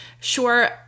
sure